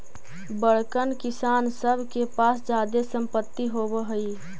बड़कन किसान सब के पास जादे सम्पत्ति होवऽ हई